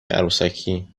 عروسکی